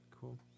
cool